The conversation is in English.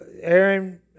Aaron